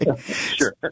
Sure